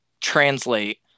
translate